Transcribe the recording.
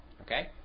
Okay